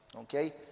okay